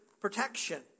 protection